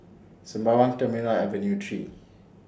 Sembawang Terminal Avenue three